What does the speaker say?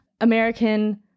American